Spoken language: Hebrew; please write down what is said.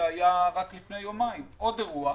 והיה רק לפני יומיים עוד אירוע.